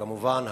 כמובן,